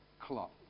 clock